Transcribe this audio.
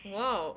Whoa